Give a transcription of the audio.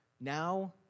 now